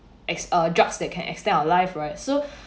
as a drug that can extend our life right so